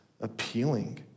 appealing